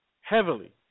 heavily